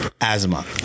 asthma